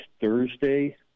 Thursday